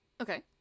Okay